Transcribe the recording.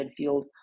midfield